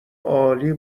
عالی